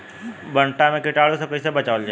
भनटा मे कीटाणु से कईसे बचावल जाई?